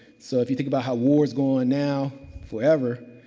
so, if you think about how wars going now forever,